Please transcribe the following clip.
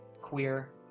queer